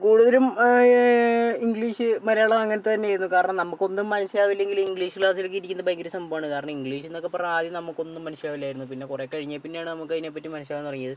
കൂടുതലും ഇംഗ്ലീഷ് മലയാളം അങ്ങനത്തെ തന്നെ ആയിരുന്നു കാരണം നമുക്കൊന്നും മനസ്സിലാകില്ലെങ്കിലും ഇംഗ്ലീഷ് ക്ലാസ്സിലൊക്കെ ഇരിക്കുന്നത് ഭയങ്കര സംഭവമാണ് കാരണം ഇംഗ്ലീഷെന്നൊക്കെ പറഞ്ഞാൽ ആദ്യം നമുക്കൊന്നും മനസ്സിലാവില്ലായിരുന്നു പിന്നെ കുറേ കഴിഞ്ഞേപ്പിന്നെയാണ് നമുക്ക് അതിനെ പറ്റി മനസ്സിലാകാൻ തുടങ്ങിയത്